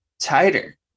tighter